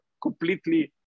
completely